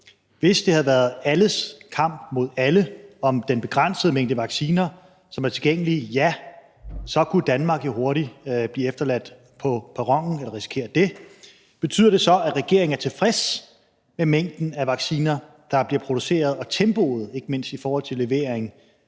Hvis det havde været alles kamp mod alle om den begrænsede mængde vacciner, som er tilgængelig, så kunne Danmark jo hurtigt blive efterladt på perronen eller risikere det. Betyder det så, at regeringen er tilfreds med mængden af vacciner, der bliver produceret, og tempoet ikke mindst i forhold til levering